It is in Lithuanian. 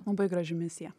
labai graži misija